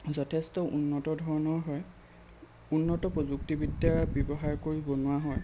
যথেষ্ট উন্নত ধৰণৰ হয় উন্নত প্ৰযুক্তিবিদ্যা ব্যৱহাৰ কৰি বনোৱা হয়